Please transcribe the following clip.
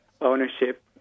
ownership